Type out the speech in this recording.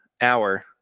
hour